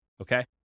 Okay